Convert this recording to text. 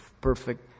perfect